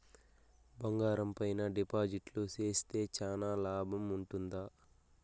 బంగారం పైన డిపాజిట్లు సేస్తే చానా లాభం ఉంటుందా?